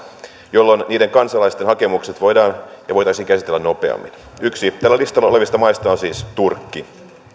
jolloin niiden kansalaisten hakemukset voitaisiin käsitellä nopeammin yksi tällä listalla olevista maista on siis turkki